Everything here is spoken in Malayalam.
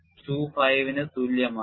25 ന് തുല്യമാണ്